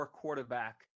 quarterback